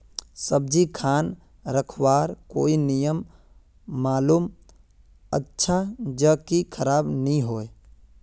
सब्जी खान रखवार कोई नियम मालूम अच्छा ज की खराब नि होय?